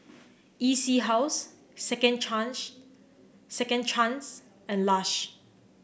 E C House Second Second Chance and Lush